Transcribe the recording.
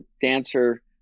dancer